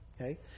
okay